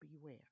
beware